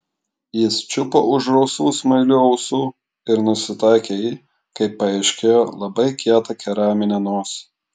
jis čiupo už rausvų smailių ausų ir nusitaikė į kaip paaiškėjo labai kietą keraminę nosį